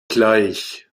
gleich